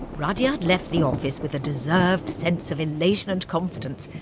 rudyard left the office with a deserved sense of elation and confidence.